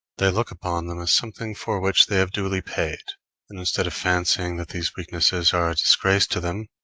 they look upon them as something for which they have duly paid and instead of fancying that these weaknesses are a disgrace to them,